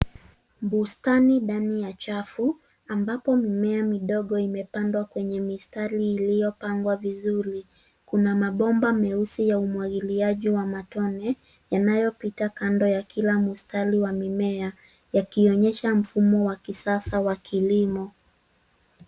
Bustani ndani ya chafu ambapo mimea midogo imepandwa kwenye mistari iliyopangwa vizuri. Kuna mabomba meusi ya umwagiliaji wa matone inayopita kando ya kila mstari wa mimea yakionyesha mfumo wa kisasa wa kilimo.